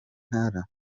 ntara